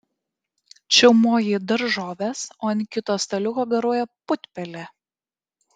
čiaumoji daržoves o ant kito staliuko garuoja putpelė